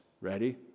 ready